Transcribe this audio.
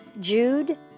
Jude